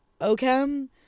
OCHEM